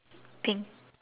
pink